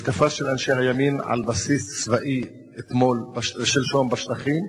המתקפה של אנשי הימין על בסיס צבאי שלשום בשטחים